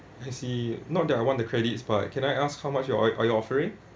I see not that I want the credits but can I ask how much your your offering